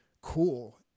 cool